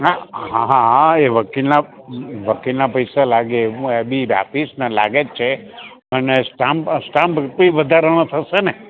હાં હાં હાં એ વકિલના વકિલના પૈસા લાગે હું એ બી રાખીશ અને લાગે જ છે અને સ્ટેમ્પ ડયુટી વધારાની થશે ને